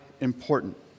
important